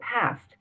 past